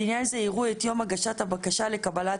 לעניין זה יראו את יום הגשת הבקשה לקבלת